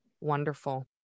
Wonderful